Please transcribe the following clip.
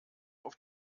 auf